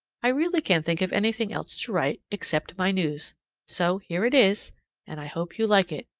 i really can't think of anything else to write except my news so here it is and i hope you'll like it.